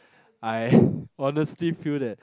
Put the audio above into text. I honestly feel that